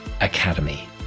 Academy